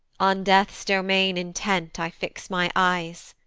on death's domain intent i fix my eyes,